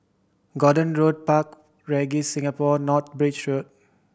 Gordon Road Park Regis Singapore North Bridge Road